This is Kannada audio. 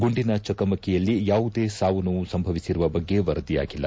ಗುಂಡಿನ ಚಕಮಕಿಯಲ್ಲಿ ಯಾವುದೇ ಸಾವು ನೋವು ಸಂಭವಿಸಿರುವ ಬಗ್ಗೆ ವರದಿಯಾಗಿಲ್ಲ